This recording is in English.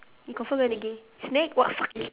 you confirm gonna give snake !wah! fuck you